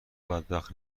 بدبخت